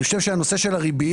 אני חושב שהנושא של הריביות,